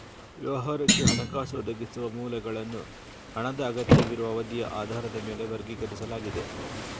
ವ್ಯವಹಾರಕ್ಕೆ ಹಣಕಾಸು ಒದಗಿಸುವ ಮೂಲಗಳನ್ನು ಹಣದ ಅಗತ್ಯವಿರುವ ಅವಧಿಯ ಆಧಾರದ ಮೇಲೆ ವರ್ಗೀಕರಿಸಲಾಗಿದೆ